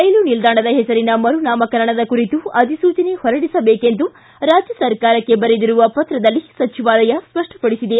ರೈಲು ನಿಲ್ದಾಣದ ಹೆಸರಿನ ಮರುನಾಮಕರಣದ ಕುರಿತು ಅಧಿಸೂಚನೆ ಹೊರಡಿಸಬೇಕೆಂದು ರಾಜ್ಯ ಸರ್ಕಾರಕ್ಕೆ ಬರೆದಿರುವ ಪತ್ರದಲ್ಲಿ ಸಚಿವಾಲಯ ಸ್ವಷ್ಪಪಡಿಸಿದೆ